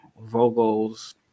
Vogel's